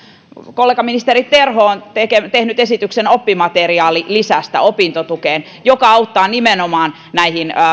kollega ministeri terho on tehnyt on tehnyt esityksen oppimateriaalilisästä opintotukeen joka auttaa nimenomaan näihin